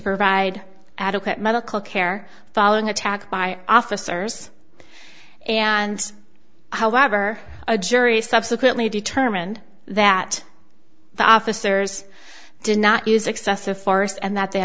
provide adequate medical care following attack by officers and however a jury subsequently determined that the officers did not use excessive force and that they